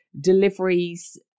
deliveries